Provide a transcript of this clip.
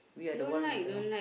we are the one who don't know